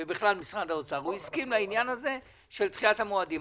ובכלל משרד האוצר לעניין של דחיית המועדים.